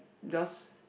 just